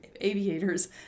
aviators